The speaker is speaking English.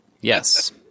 Yes